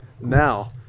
Now